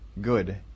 good